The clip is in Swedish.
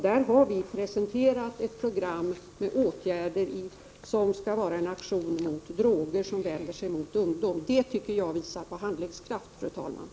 Där har vi presenterat ett program, som skall vara en aktion mot droger och som vänder sig till ungdomar. Det tycker jag visar på handlingskraft, fru talman.